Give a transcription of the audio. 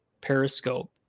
Periscope